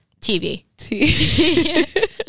TV